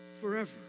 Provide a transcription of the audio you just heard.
forever